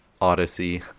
Odyssey